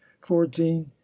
fourteen